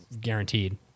guaranteed